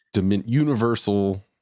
universal